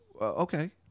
Okay